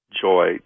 joy